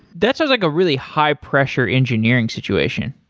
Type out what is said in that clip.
that's sounds like a really high pressure engineering situation.